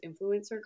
influencer